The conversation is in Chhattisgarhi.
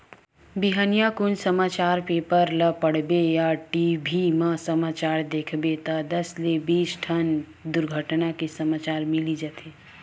बिहनिया कुन समाचार पेपर ल पड़बे या टी.भी म समाचार देखबे त दस ले बीस ठन दुरघटना के समाचार मिली जाथे